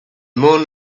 moon